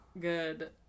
good